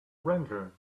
ranger